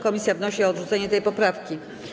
Komisja wnosi o odrzucenie tej poprawki.